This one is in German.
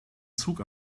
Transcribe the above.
zug